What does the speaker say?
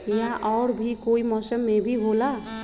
या और भी कोई मौसम मे भी होला?